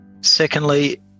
Secondly